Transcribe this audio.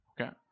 Okay